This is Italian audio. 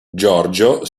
giorgio